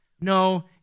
No